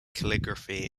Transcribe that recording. calligraphy